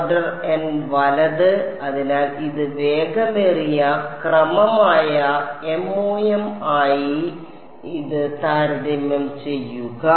order n വലത് അതിനാൽ ഇത് വേഗമേറിയ ക്രമമായ MoM മായി ഇത് താരതമ്യം ചെയ്യുക